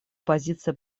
позиция